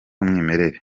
w’umwimerere